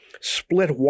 split